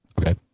Okay